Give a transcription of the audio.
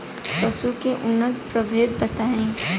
पशु के उन्नत प्रभेद बताई?